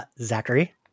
Zachary